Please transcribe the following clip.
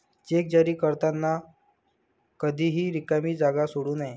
check जारी करताना कधीही रिकामी जागा सोडू नका